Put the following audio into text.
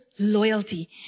Loyalty